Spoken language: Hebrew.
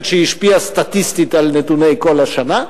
שהיא השפיעה סטטיסטית על נתוני כל השנה.